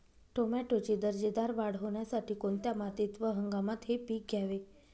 टोमॅटोची दर्जेदार वाढ होण्यासाठी कोणत्या मातीत व हंगामात हे पीक घ्यावे?